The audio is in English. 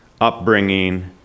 upbringing